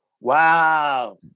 Wow